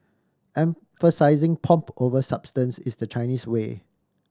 emphasising pomp over substance is the Chinese way